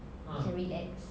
so relax